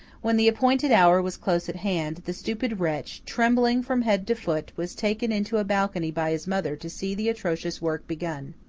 when the appointed hour was close at hand, the stupid wretch, trembling from head to foot, was taken into a balcony by his mother to see the atrocious work begun.